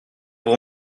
vous